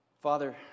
Father